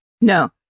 No